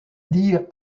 dire